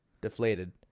Deflated